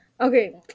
Okay